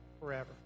forever